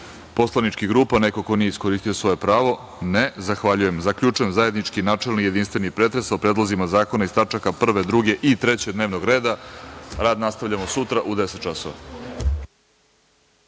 poslaničkih grupa ili neko ko nije iskoristio svoje pravo? (Ne.)Zahvaljujem. Zaključujem zajednički načelni i jedinstveni pretres o predlozima zakona iz tačaka 1, 2. i 3. dnevnog reda. Rad nastavljamo sutra, u 10.00